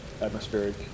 atmospheric